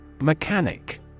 Mechanic